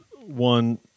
one